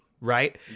right